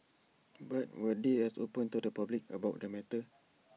but were they as open to the public about the matter